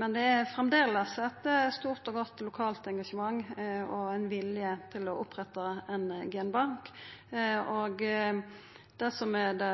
Men det er framleis eit stort og godt lokalt engasjement og ein vilje til å oppretta ein genbank. Det som er det